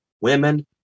women